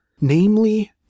namely